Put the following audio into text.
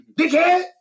Dickhead